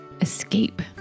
Escape